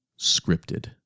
scripted